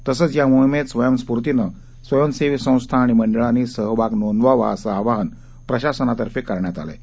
तसंच या मोहिमेत स्वयंस्फुर्तीनं स्वयंसेवी संस्था मंडळानी सहभाग नोदंवावाअसं अवाहन प्रशासना तर्फे करण्यात आलं आहे